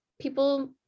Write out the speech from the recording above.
people